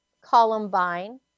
Columbine